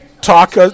talk